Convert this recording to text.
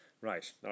Right